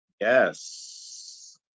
Yes